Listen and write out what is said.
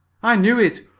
i knew it!